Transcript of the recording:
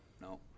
no